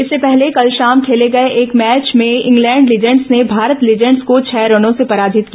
इससे पहले कल शाम खेले गए एक अन्य भैच में इंग्लैण्ड लीजेंड्स ने भारत लीजेंड्स को छह रनों से पराजित किया